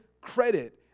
credit